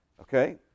Okay